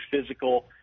physical